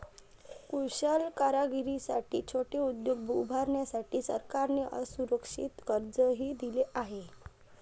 कुशल कारागिरांसाठी छोटे उद्योग उभारण्यासाठी सरकारने असुरक्षित कर्जही दिले आहे